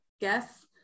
guess